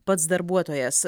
pats darbuotojas